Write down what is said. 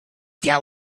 tell